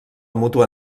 mútua